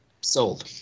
Sold